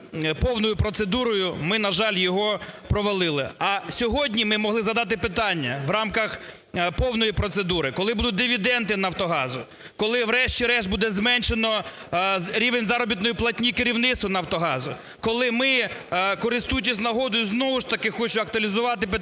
повною процедурою ми, на жаль, його провалили. А сьогодні ми могли задати питання в рамках повної процедури: коли будуть дивіденди "Нафтогазу", коли, врешті-решт, буде зменшено рівень заробітної платні керівництву "Нафтогазу". Коли ми, користуючись нагодою, знову ж таки хочу актуалізувати питання